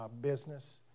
business